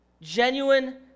Genuine